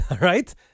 right